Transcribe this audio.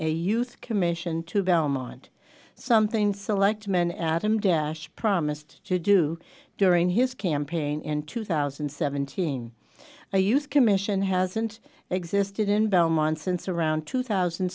a youth commission to belmont something selectman adam dash promised to do during his campaign in two thousand and seventeen or use commission hasn't existed in belmont since around two thousand